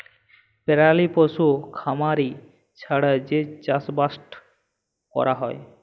পেরালি পশু খামারি ছাড়া যে চাষবাসট ক্যরা হ্যয়